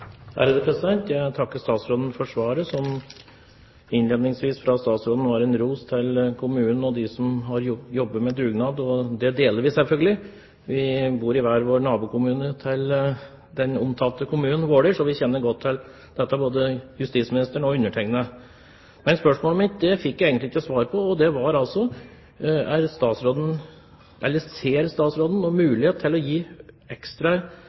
Jeg takker statsråden for svaret, som innledningsvis var en ros til kommunen og til dem som har jobbet på dugnad. Den deler vi selvfølgelig. Vi bor i hver vår nabokommune til den omtalte kommunen, Våler, så vi kjenner godt til dette, både justisministeren og undertegnede. Men spørsmålet mitt fikk jeg egentlig ikke svar på. Det var altså: Ser statsråden noen mulighet til å gi ekstra